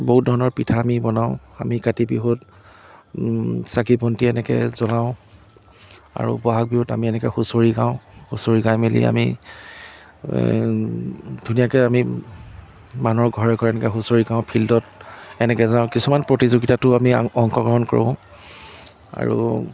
বহুত ধৰণৰ পিঠা আমি বনাওঁ আমি কাতি বিহুত চাকি বন্তি এনেকৈ জ্বলাওঁ আৰু বহাগ বিহুত আমি এনেকৈ হুঁচৰি গাওঁ হুঁচৰি গাই মেলি আমি ধুনীয়াকৈ আমি মানুহৰ ঘৰে ঘৰে এনেকৈ হুঁচৰি গাওঁ ফিল্ডত এনেকৈ যাওঁ কিছুমান প্ৰতিযোগিতাটো আমি আং অংশগ্ৰহণ কৰোঁ আৰু